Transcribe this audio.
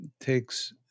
takes